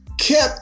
kept